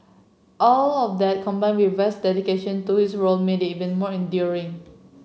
all of that combined with West's dedication to his role made it even more endearing